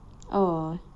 oh